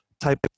type